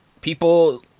People